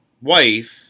wife